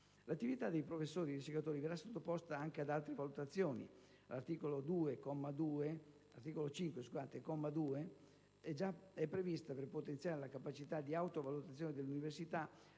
L'attività dei professori (e ricercatori) verrà sottoposta anche ad altre valutazioni. All'articolo 5, comma 2, è prevista, per potenziare la capacità di autovalutazione dell'università,